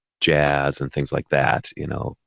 jazz and things like that, you know,